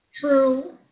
true